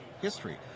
history